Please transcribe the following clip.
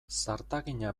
zartagina